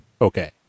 Okay